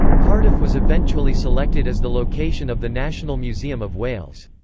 cardiff was eventually selected as the location of the national museum of wales.